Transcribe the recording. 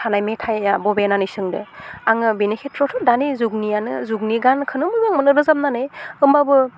थानाय मेथाइआ बबे होननानै सोंदो आङो बिनि खेथ्रआवथ' दानि जुगनियानो जुगनि गानखौनो मोजां होमबाबो